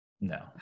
no